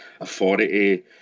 authority